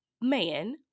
man